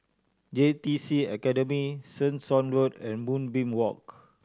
J T C Academy Tessensohn Road and Moonbeam Walk